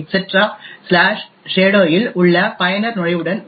etcshadow இல் உள்ள பயனர் நுழைவுடன் ஒப்பிடப்படுகிறது